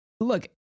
look